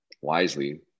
wisely